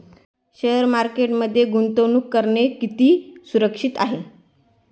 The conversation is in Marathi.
शेअर मार्केटमध्ये गुंतवणूक करणे किती सुरक्षित आहे?